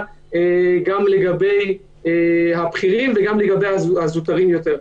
גם לגבי הבכירים וגם לגבי הזוטרים יותר.